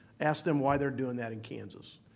ask them why they're doing that in kansas.